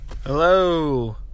Hello